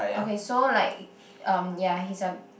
okay so like um ya he's a